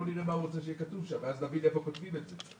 בואו נראה מה הוא רוצה שיהיה כתוב שם ואז נבין איפה כותבים את זה.